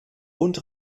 und